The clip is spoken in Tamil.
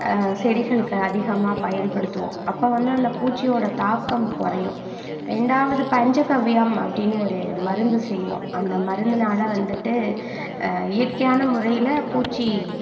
செடிகளுக்கு அதிகமாக பயன்படுத்துவோம் அப்போ வந்து அந்த பூச்சியோடய தாக்கம் குறையும் ரெண்டாவது பஞ்சகவ்யம் அப்படின்னு ஒரு மருந்து செய்வோம் அந்த மருத்துனால் வந்துட்டு இயற்கையான முறையில் பூச்சி